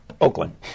Oakland